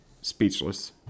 speechless